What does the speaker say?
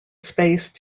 space